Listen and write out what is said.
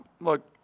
look